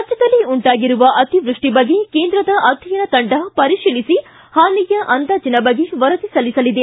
ರಾಜ್ಯದಲ್ಲಿ ಉಂಟಾಗಿರುವ ಅತಿವೃಷ್ಟಿ ಬಗ್ಗೆ ಕೇಂದ್ರದ ಅಧ್ಯಯನ ತಂಡ ಪರಿಶೀಲಿಸಿ ಹಾನಿಯ ಅಂದಾಜಿನ ಬಗ್ಗೆ ವರದಿ ಸಲ್ಲಿಸಲಿದೆ